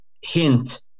hint